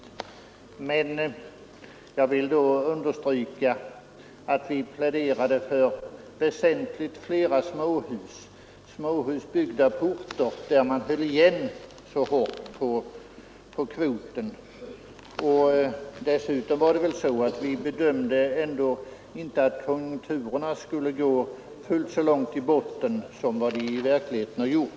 Men jag vill understryka att vi pläderade för väsentligt fler småhus, byggda på orter där man höll igen för hårt på kvoten. Dessutom bedömde vi det så att konjunkturerna inte skulle gå fullt så långt ned i botten som de i verkligheten har gjort.